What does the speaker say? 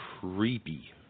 creepy